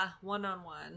one-on-one